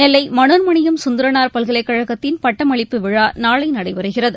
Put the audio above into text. நெல்லை மனோன்மணியம் சுந்தரனார் பல்கலைக்கழகத்தின் பட்டமளிப்பு விழா நாளை நடைபெறுகிறது